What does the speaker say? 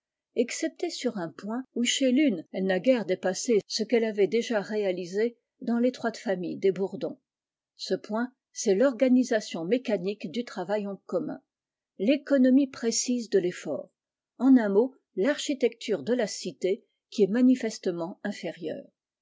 excepté sur un point où chez tune elle n'a guère dépasssé ce qu'elle avait déjà réalisé dans l'étroite famille des bourdons ce point c'est l'organisation mécanique du travail en commun l'économie précise de l'effort en un mot l'architecture de la cité qui est manifestement inférieure